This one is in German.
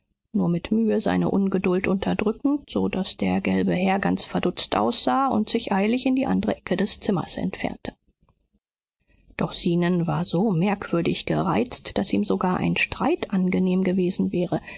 nur mit mühe seine ungeduld unterdrückend so daß der gelbe herr ganz verdutzt aufsah und sich eilig in die andere ecke des zimmers entfernte doch zenon war so merkwürdig gereizt daß ihm sogar ein streit angenehm gewesen wäre